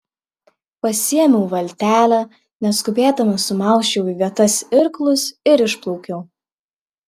pasiėmiau valtelę neskubėdama sumausčiau į vietas irklus ir išplaukiau